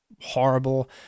horrible